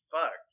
fucked